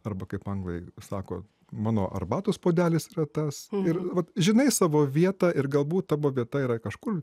arba kaip anglai sako mano arbatos puodelis yra tas ir vat žinai savo vietą ir galbūt tavo vieta yra kažkur